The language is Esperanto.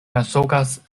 mensogas